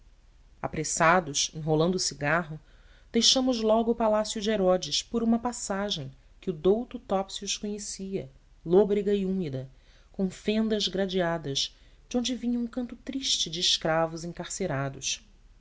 apressados enrolando o cigarro deixamos logo o palácio de herodes por uma passagem que o douto topsius conhecia lôbrega e úmida com fendas gradeadas de onde vinha um canto triste de escravos encarcerados